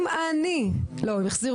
אני חושבת,